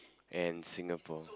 and Singapore